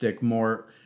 more